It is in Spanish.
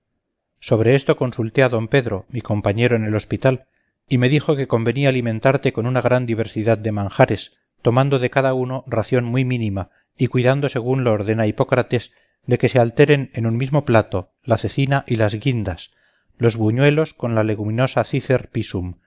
sobre esto consulté a d pedro mi compañero en el hospital y me dijo que convenía alimentarte con una gran diversidad de manjares tomando de cada uno ración muy mínima y cuidando según lo ordena hipócrates de que alternen en un mismo plato la cecina y las guindas los buñuelos con la leguminosa cicer pisum